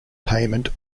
payment